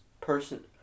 person